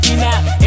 now